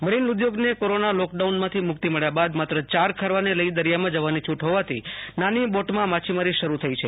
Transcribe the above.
marine ઉદ્યોગ ને corona lockdown માં થી મુક્તિ મળ્યા બાદ માત્ર ચાર ખારવા ને લઈ દરિયામા જવાની છુટ હોવાથી નાની બોટ માં માછીમારી શરુ થઈ છે